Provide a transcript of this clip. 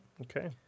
Okay